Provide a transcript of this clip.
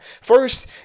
First